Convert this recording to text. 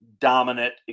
dominant